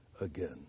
again